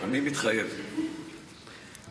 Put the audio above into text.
אני מתחייב ברכות,